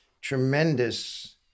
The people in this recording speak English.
tremendous